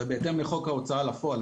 ובהתאם לחוק ההוצאה לפועל,